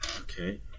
Okay